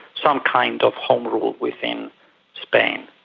some kind of home rule within spain.